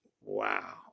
wow